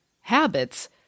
habits